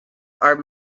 are